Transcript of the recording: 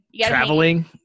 traveling